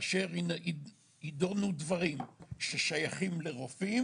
כ"ב בסיון התשפ"ב,